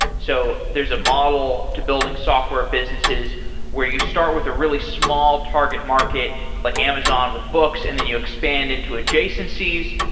so there's a model to building software businesses where you start with a really small target market like amazon with books and then you expand into adjacencies.